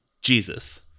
Jesus